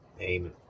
Amen